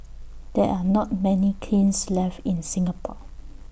there are not many kilns left in Singapore